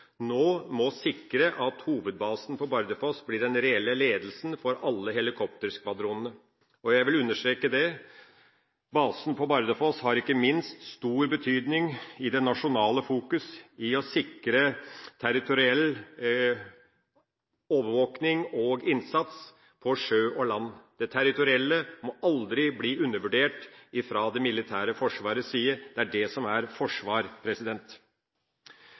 nå må sikre at hovedbasen på Bardufoss blir den reelle ledelsen for alle helikopterskvadronene. Og jeg vil understreke det: Basen på Bardufoss har ikke minst stor betydning i det nasjonale fokus, i å sikre territoriell overvåkning og innsats – på sjø og land. Det territorielle må aldri bli undervurdert fra det militære forsvarets side. Det er det som er forsvar.